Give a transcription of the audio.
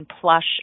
plush